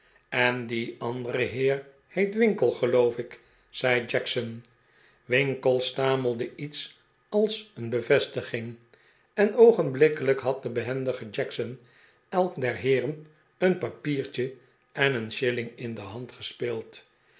en die andere heer heet winkle geloof ik zei jackson winkle stamelde iets als een bevestiging en oogenblikkelijk had de behendige jackson elk der heeren een papiertje en een shilling in de hand gespeeld